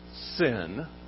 sin